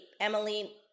Emily